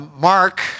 Mark